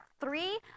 three